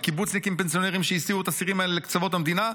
וקיבוצניקים פנסיונרים שהסיעו את הסירים האלה לקצוות המדינה,